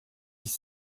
dix